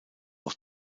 auch